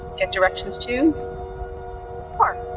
get directions to park.